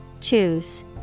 Choose